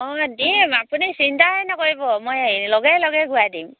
অঁ দিম আপুনি চিন্তাই নকৰিব মই হেৰি লগে লগে ঘূৰাই দিম